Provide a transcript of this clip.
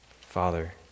Father